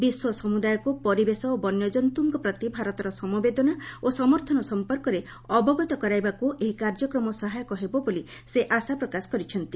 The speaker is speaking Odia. ବିଶ୍ୱ ସମୁଦାୟକୁ ପରିବେଶ ଓ ବନ୍ୟଜନ୍ତୁଙ୍କ ପ୍ରତି ଭାରତର ସମବେଦନା ଓ ସମର୍ଥନ ସମ୍ପର୍କରେ ଅବଗତ କରାଇବାକୁ ଏହି କାର୍ଯ୍ୟକ୍ରମ ସହାୟକ ହେବ ବୋଲି ସେ ଆଶା ପ୍ରକାଶ କରିଛନ୍ତି